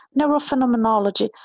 neurophenomenology